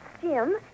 Jim